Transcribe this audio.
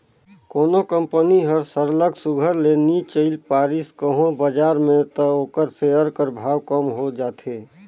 कोनो कंपनी हर सरलग सुग्घर ले नी चइल पारिस कहों बजार में त ओकर सेयर कर भाव कम हो जाथे